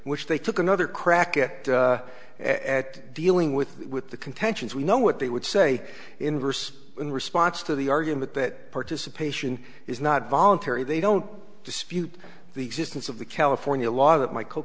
which they took another crack at at dealing with with the contentions we know what they would say in verse in response to the argument that participation is not voluntary they don't dispute the existence of the california law that m